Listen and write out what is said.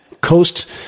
Coast